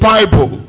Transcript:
Bible